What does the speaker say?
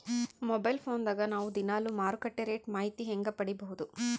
Mobile phone ದಾಗ ನಾವು ದಿನಾಲು ಮಾರುಕಟ್ಟೆ ರೇಟ್ ಮಾಹಿತಿ ಹೆಂಗ ಪಡಿಬಹುದು?